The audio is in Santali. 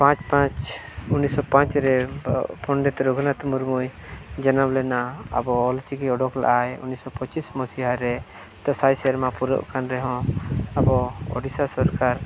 ᱯᱟᱸᱪ ᱯᱟᱸᱪ ᱩᱱᱤᱥᱥᱚ ᱯᱟᱸᱪ ᱨᱮ ᱯᱚᱸᱰᱤᱛ ᱨᱚᱜᱷᱩᱱᱟᱛᱷ ᱢᱩᱨᱢᱩᱭ ᱡᱟᱱᱟᱢ ᱞᱮᱱᱟ ᱟᱵᱚ ᱚᱞᱪᱤᱠᱤ ᱩᱰᱩᱠ ᱞᱮᱫᱟᱭ ᱩᱱᱤᱥᱥᱚ ᱯᱚᱸᱪᱤᱥ ᱢᱩᱥᱤᱭᱟᱨᱮ ᱛᱳ ᱥᱟᱭ ᱥᱮᱨᱢᱟ ᱯᱩᱨᱟᱹᱜ ᱠᱟᱱ ᱨᱮᱦᱚᱸ ᱟᱵᱚ ᱩᱲᱤᱥᱥᱟ ᱥᱚᱨᱠᱟᱨ